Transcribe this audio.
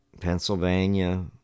pennsylvania